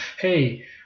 hey